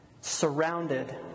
surrounded